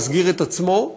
יסגיר את עצמו,